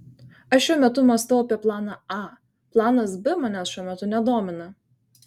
aš šiuo metu mąstau apie planą a planas b manęs šiuo metu nedomina